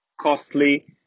costly